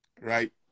right